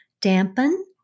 dampen